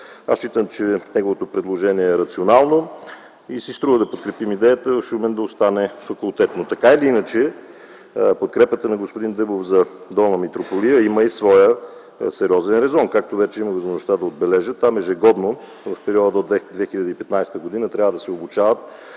Аз смятам, че неговото предложение е рационално и си струва да подкрепим идеята в Шумен да остане факултет, но така или иначе подкрепата на господин Дъбов за Долна Митрополия има и своя сериозен резон. Както вече имах възможността да отбележа, там ежегодно в периода до 2015 г. трябва да се обучават